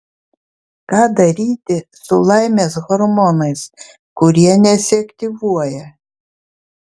ką daryti su laimės hormonais kurie nesiaktyvuoja